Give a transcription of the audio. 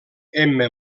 emma